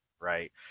Right